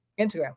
Instagram